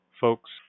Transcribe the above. folks